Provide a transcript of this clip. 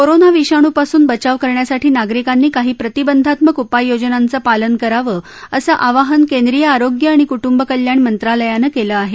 corona विषाणूपासून बचाव करण्यासाठी नागरिकांनी काही प्रतिबंधात्मक उपाययोजनांचं पालन करावं असं आवाहन केंद्रीय आरोग्य आणि कुटुंब कल्याण मंत्रालयानं केलं आहे